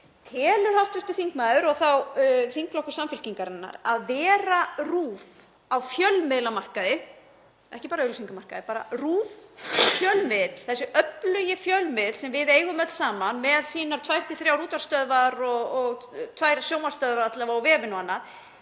Telur hv. þingmaður, og þá þingflokkur Samfylkingarinnar, að vera RÚV á fjölmiðlamarkaði, ekki bara auglýsingamarkaði, RÚV fjölmiðill, þessi öflugi fjölmiðill sem við eigum öll saman, með sínar tvær til þrjár útvarpsstöðvar og tvær sjónvarpsstöðvar alla vega og vefinn og annað,